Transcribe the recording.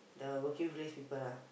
the working place people lah